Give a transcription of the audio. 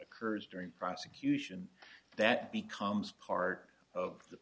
occurs during prosecution that becomes part of the